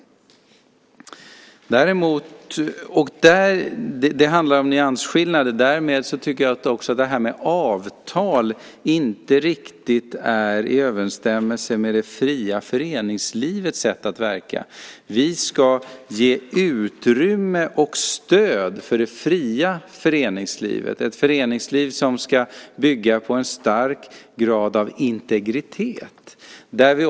Det handlar om nyansskillnader. Därmed tycker jag att detta med avtal inte riktigt är i överensstämmelse med det fria föreningslivets sätt att verka. Vi ska ge utrymme och stöd för det fria föreningslivet, ett föreningsliv som ska bygga på en hög grad av integritet.